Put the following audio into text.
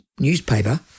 Newspaper